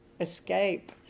escape